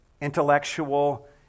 intellectual